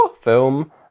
film